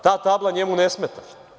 Ta tabla njemu ne smeta?